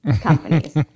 companies